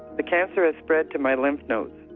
the cancer has spread to my lymph nodes.